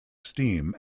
steam